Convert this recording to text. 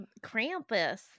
Krampus